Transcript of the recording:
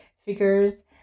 figures